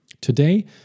Today